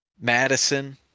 Madison